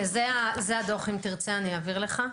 אם תרצה את הדוח אני אעביר לך.